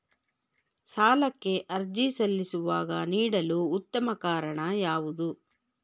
ಸಾಲಕ್ಕೆ ಅರ್ಜಿ ಸಲ್ಲಿಸುವಾಗ ನೀಡಲು ಉತ್ತಮ ಕಾರಣ ಯಾವುದು?